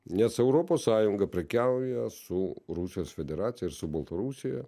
nes europos sąjunga prekiauja su rusijos federacija ir su baltarusija